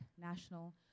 national